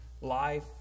life